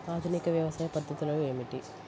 ఆధునిక వ్యవసాయ పద్ధతులు ఏమిటి?